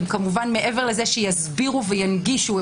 מעבר לזה שיסבירו וינגישו,